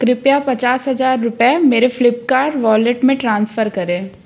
कृपया पचास हज़ार रुपये मेरे फ्लिपकार्ट वॉलेट में ट्रांसफ़र करें